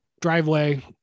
driveway